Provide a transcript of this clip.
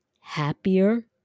happier